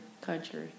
country